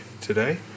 today